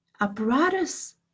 apparatus